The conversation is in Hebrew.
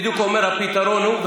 בדיוק הוא אומר: הפתרון הוא,